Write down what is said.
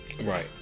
right